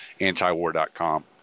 antiwar.com